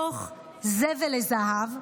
שיהפוך זבל לזהב.